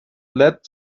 let